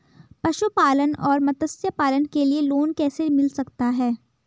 पशुपालन और मत्स्य पालन के लिए लोन कैसे मिल सकता है?